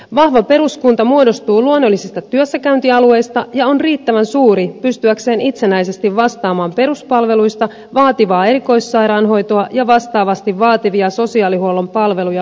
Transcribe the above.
vahva peruskunta muodostuu luonnollisista työssäkäyntialueista ja on riittävän suuri pystyäkseen itsenäisesti vastaamaan peruspalveluista vaativaa erikoissairaanhoitoa ja vastaavasti vaativia sosiaali huollon palveluja lukuun ottamatta